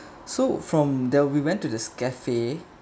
so from there we went to this cafe